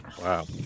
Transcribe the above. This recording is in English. Wow